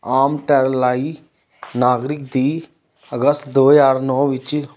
ਆਮਟਰੇਲੀਆਈ ਨਾਗਰਿਕ ਦੀ ਅਗਸਤ ਦੋ ਹਜ਼ਾਰ ਨੌਂ ਵਿੱਚ